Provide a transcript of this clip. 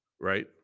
Right